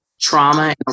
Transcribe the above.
trauma